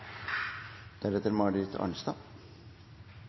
representanten Marit Arnstad